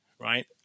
right